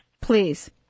Please